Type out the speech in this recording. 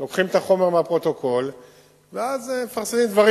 לוקחים את החומר מהפרוטוקול ואז מפרסמים דברים,